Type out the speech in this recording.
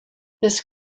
this